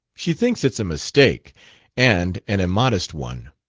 she thinks it's a mistake and an immodest one.